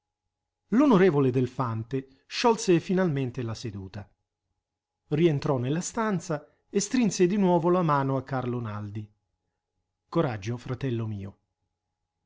neppure l'onorevole delfante sciolse finalmente la seduta rientrò nella stanza e strinse di nuovo la mano a carlo naldi coraggio fratello mio